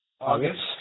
August